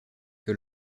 que